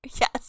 Yes